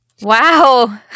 Wow